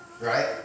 right